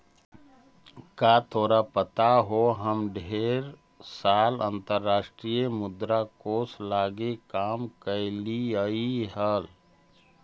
का तोरा पता हो हम ढेर साल अंतर्राष्ट्रीय मुद्रा कोश लागी काम कयलीअई हल